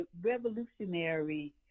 revolutionary